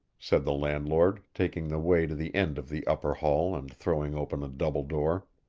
said the landlord, taking the way to the end of the upper hall and throwing open a double door.